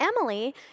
Emily